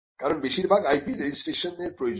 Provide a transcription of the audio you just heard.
কারণ বেশিরভাগ IP র রেজিস্ট্রেশন প্রয়োজন